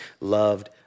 loved